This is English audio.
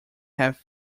have